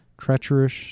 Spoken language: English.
treacherous